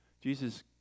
Jesus